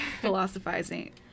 philosophizing